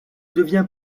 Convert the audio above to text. devient